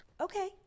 okay